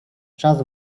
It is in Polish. czas